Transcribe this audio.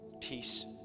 peace